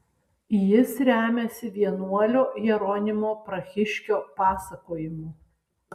jis remiasi vienuolio jeronimo prahiškio pasakojimu